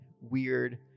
weird